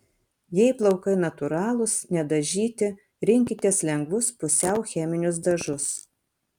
jei plaukai natūralūs nedažyti rinkitės lengvus pusiau cheminius dažus